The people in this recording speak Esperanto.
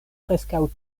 preskaŭ